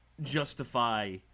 justify